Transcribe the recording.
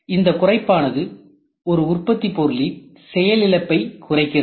இந்த குறைப்பானது ஒரு உற்பத்தி பொருளின் செயலிழப்பை குறைக்கிறது